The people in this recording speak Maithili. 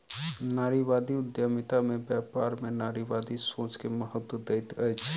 नारीवादी उद्यमिता में व्यापार में नारीवादी सोच के महत्त्व दैत अछि